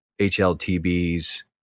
HLTB's